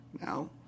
Now